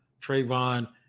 Trayvon